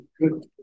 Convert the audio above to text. good